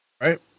right